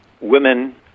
women